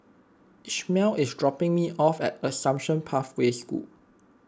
Ishmael is dropping me off at Assumption Pathway School